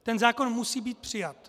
Ten zákon musí být přijat.